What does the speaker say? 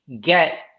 get